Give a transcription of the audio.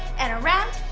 and around,